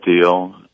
deal